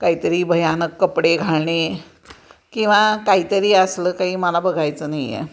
काहीतरी भयानक कपडे घालणे किंवा काही तरी असलं काही मला बघायचं नाही आहे